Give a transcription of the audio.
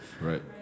Right